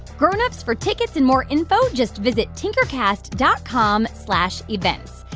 grown-ups, for tickets and more info, just visit tinkercast dot com slash events.